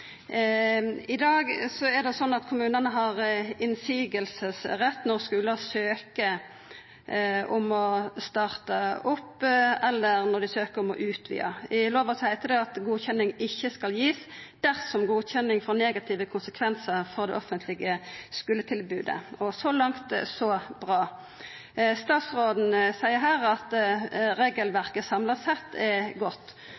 I dag er det slik at kommunane har motsegnsrett når skular søkjer om å starta opp, eller når dei søkjer om å utvida. I lova heiter det at ein ikkje skal gi godkjenning dersom godkjenninga får negative konsekvensar for det offentlege skuletilbodet. – Så langt, så bra. Statsråden seier her at regelverket samla sett er godt.